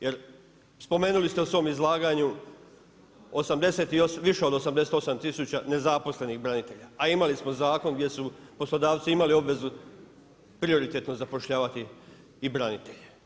Jer spomenuli ste u svom izlaganju više od 88 tisuća nezaposlenih branitelja a imali smo zakon gdje su poslodavci imali obvezu prioritetno zapošljavati i branitelje.